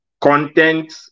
content